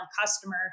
customer